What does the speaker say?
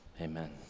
Amen